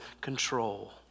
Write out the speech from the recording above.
control